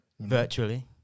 Virtually